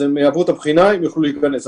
אז הם יעברו את הבחינה ויוכלו להיכנס.